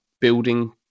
building